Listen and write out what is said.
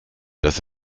das